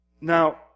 Now